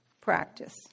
practice